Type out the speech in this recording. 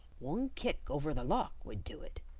one kick over the lock would do it,